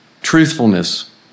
truthfulness